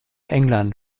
england